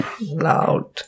Loud